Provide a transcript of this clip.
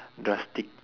drastic